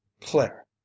claire